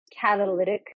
catalytic